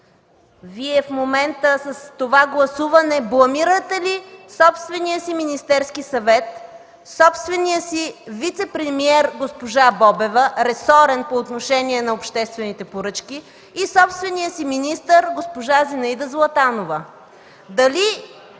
в момента Вие бламирате ли собствения си Министерски съвет, собствения си вицепремиер госпожа Бобева – ресорен по отношение на обществените поръчки, и собствения си министър госпожа Зинаида Златанова?!